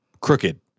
Crooked